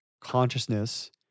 consciousness